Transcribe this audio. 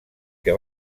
que